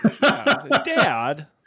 Dad